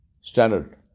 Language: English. standard